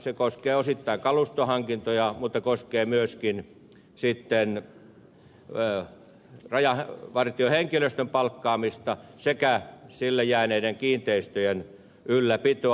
se koskee osittain kalustohankintoja mutta koskee myöskin rajavartiohenkilöstön palkkaamista sekä rajavartiolaitokselle jääneiden kiinteistöjen ylläpitoa